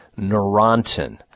Neurontin